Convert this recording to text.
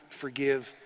forgive